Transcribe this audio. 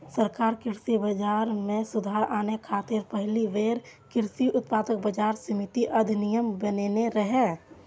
सरकार कृषि बाजार मे सुधार आने खातिर पहिल बेर कृषि उत्पाद बाजार समिति अधिनियम बनेने रहै